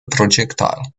projectile